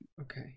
Okay